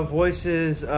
voices